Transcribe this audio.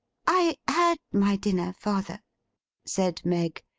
i had my dinner, father said meg,